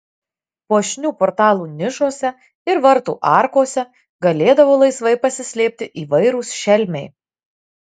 puošnių portalų nišose ir vartų arkose galėdavo laisvai pasislėpti įvairūs šelmiai